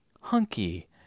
hunky